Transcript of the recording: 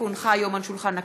כי הונחו היום על שולחן הכנסת,